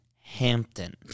Hampton